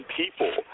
people